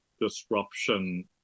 disruption